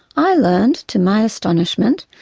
i learned, to my astonishment,